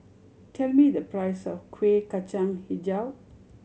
tell me the price of Kueh Kacang Hijau